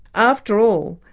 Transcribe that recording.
after all,